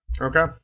Okay